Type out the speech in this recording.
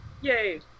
Yay